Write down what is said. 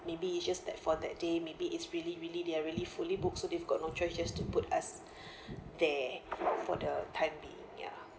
maybe it's just that for that day maybe it's really really they are really fully booked so they've got no choice just to put us there for the time being ya